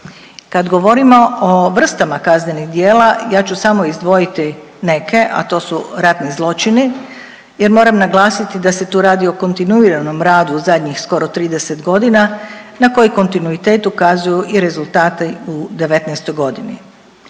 Kad govorimo o vrstama kaznenih djela, ja ću samo izdvojiti neke, a to su ratni zločini jer moram naglasiti da se tu radi o kontinuiranom radu u zadnjih skoro 30 godina, na koji kontinuitet ukazuju i rezultati u '19. g.